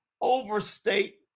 overstate